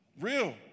Real